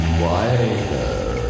wider